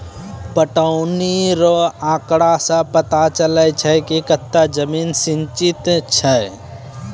पटौनी रो आँकड़ा से पता चलै छै कि कतै जमीन सिंचित छै